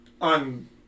On